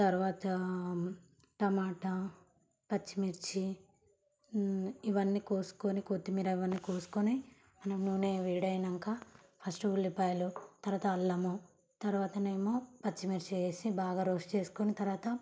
తరువాత టమాటా పచ్చిమిర్చి ఇవన్నీ కోసుకొని కొత్తిమీర ఇవన్నీ కోసుకొని మనం నూనె వేడి అయ్యాక ఫస్ట్ ఉల్లిపాయలు తర్వాత అల్లము తరువాత ఏమో పచ్చిమిర్చి వేసి బాగా రోస్ట్ చేసుకొని తరువాత